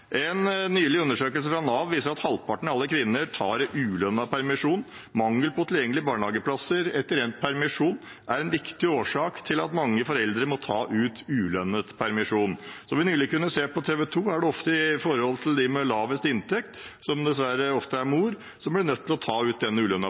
En nylig undersøkelse fra Nav viser at halvparten av alle kvinner tar ulønnet permisjon. Mangel på tilgjengelige barnehageplasser etter endt permisjon er en viktig årsak til at mange foreldre må ta ut ulønnet permisjon. Som vi nylig kunne se på TV 2, er det ofte den i forholdet med lavest inntekt, som dessverre ofte er